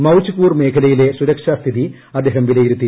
മൌജ് പൂർ മേഖലയിലെ സുരക്ഷാ സ്ഥിതി അദ്ദേഹം വിലയിരുത്തി